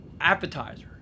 appetizer